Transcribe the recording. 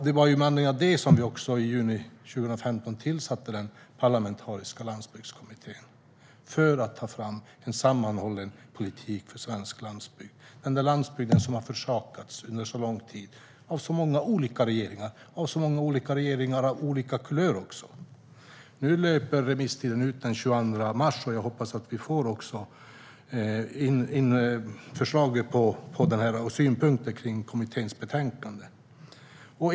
Det var med anledning av detta som vi i juni 2015 tillsatte Parlamentariska landsbygdskommittén - för att ta fram en sammanhållen politik för svensk landsbygd. Denna landsbygd har försummats under lång tid av många olika regeringar, av olika kulör. Remisstiden löper ut den 22 mars, och jag hoppas att vi får in förslag och synpunkter på kommitténs betänkande.